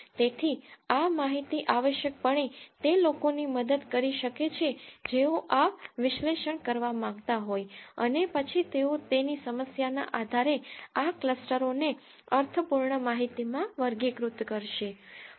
તેથી આ માહિતી આવશ્યકપણે તે લોકોની મદદ કરી શકે છે જેઓ આ વિશ્લેષણ કરવા માંગતા હોય અને પછી તેઓ તેની સમસ્યા ના આધારે આ ક્લસ્ટરોને અર્થપૂર્ણ માહિતીમાં વર્ગીકૃત કરશે